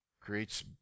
creates